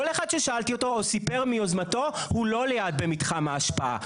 כל אחד ששאלתי אותו או סיפר מיוזמתו הוא לא ליד מתחם ההשפעה.